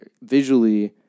visually